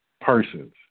persons